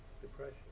depression